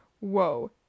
whoa